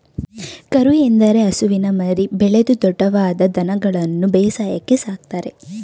ಕರು ಎಂದರೆ ಹಸುವಿನ ಮರಿ, ಬೆಳೆದು ದೊಡ್ದವಾದ ದನಗಳನ್ಗನು ಬೇಸಾಯಕ್ಕೆ ಸಾಕ್ತರೆ